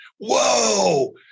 Whoa